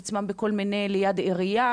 עצמם בכל מיני מקומות כמו ליד העירייה,